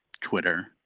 Twitter